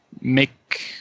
make